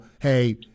hey